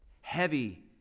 heavy